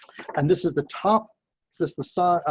and this is the top says the site.